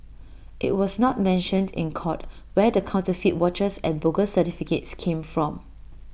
IT was not mentioned in court where the counterfeit watches and bogus certificates came from